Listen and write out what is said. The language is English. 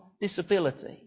disability